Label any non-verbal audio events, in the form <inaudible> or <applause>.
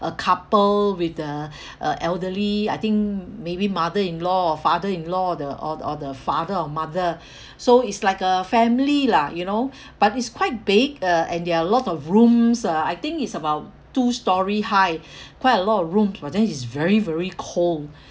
a couple with the <breath> uh elderly I think maybe mother in-law or father in-law the or or the father or mother <breath> so it's like a family lah you know <breath> but it's quite big uh and there are lot of rooms uh I think is about two storey high <breath> quite a lot of room but then it's very very cold